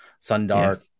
Sundar